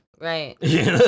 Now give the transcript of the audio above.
Right